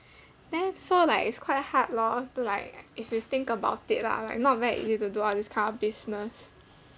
then so like it's quite hard lor to like if you think about it lah like not very easy to do all this kind of business